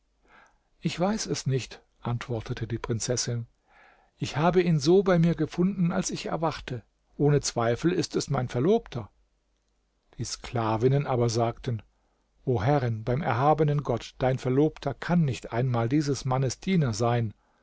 ich weiß es nicht antwortete die prinzessin ich habe ihn so bei mir gefunden als ich erwachte ohne zweifel ist es mein verlobter die sklavinnen aber sagten o herrin beim erhabenen gott dein verlobter kann nicht einmal dieses mannes diener sein